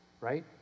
right